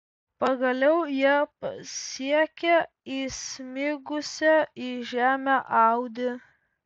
pagaliau jie pasiekė įsmigusią į žemę audi